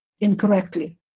incorrectly